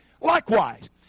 likewise